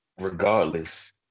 regardless